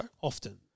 often